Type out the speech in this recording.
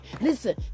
Listen